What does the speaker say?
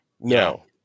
No